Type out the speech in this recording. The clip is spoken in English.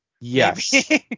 Yes